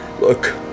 Look